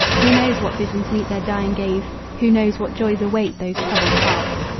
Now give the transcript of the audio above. who knows what visions meet their dying gaze? who knows what joys await those troubled hearts?